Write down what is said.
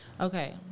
Okay